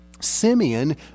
Simeon